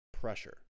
pressure